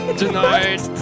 tonight